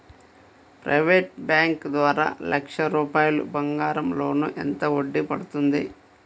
Private bank ద్వారా లక్ష రూపాయలు బంగారం లోన్ ఎంత వడ్డీ పడుతుంది?